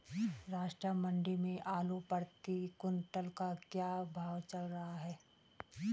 राष्ट्रीय मंडी में आलू प्रति कुन्तल का क्या भाव चल रहा है?